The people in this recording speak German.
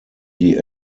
die